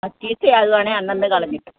അത് ചീത്തയാകുവാണെൽ അന്നന്ന് കളഞ്ഞേക്കും